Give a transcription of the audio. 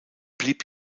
blieb